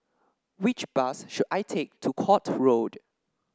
which bus should I take to Court Road